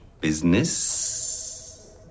business